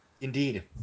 Indeed